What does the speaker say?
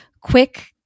quick